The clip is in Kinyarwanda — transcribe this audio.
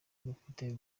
rufite